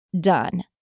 done